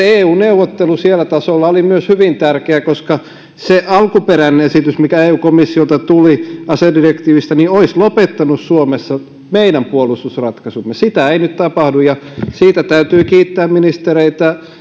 eu neuvottelu sillä tasolla oli hyvin tärkeä koska se alkuperäinen esitys mikä eu komissiolta tuli asedirektiivistä olisi lopettanut suomessa meidän puolustusratkaisumme sitä ei nyt tapahdu ja siitä täytyy kiittää ministereitä